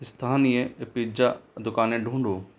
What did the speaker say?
स्थानीय पिज्जा दुकानें ढूँढो